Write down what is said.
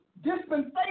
dispensation